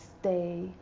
stay